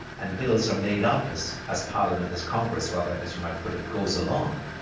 and bills are made up as as parliament, as congress rather, as you might put it, goes along,